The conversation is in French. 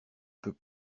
peux